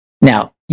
now